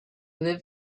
live